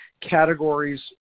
categories